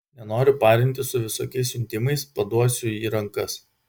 nenoriu parintis su visokiais siuntimais paduosiu į rankas